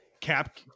cap